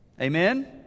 amen